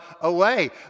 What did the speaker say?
away